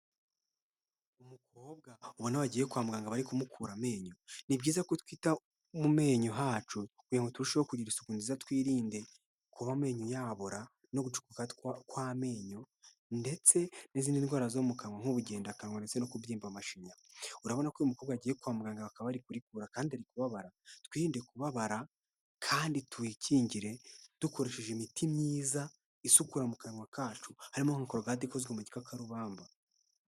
Umukobwa ubona wagiye kwa muganga bari kumukura amenyo, ni byiza ko twita mu menyo hacu kugira ngo turusheho kugira isuku nziza twirinde kuba amenyo yabora no gucukukatwa kw'amenyo ndetse n'izindi ndwara zo mu kanwa nk'ubugendakanwa ndetse no kubyimba amashinya. Urabona ko uyu mukobwa agiye kwa muganga akaba ari kurikura kandi kubabara twirinde kubabara kandi tuyikingire dukoresheje imiti myiza isukura mu kanwa kacu harimo nka kologate ikozwe mu gikakarubamba.